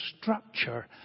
structure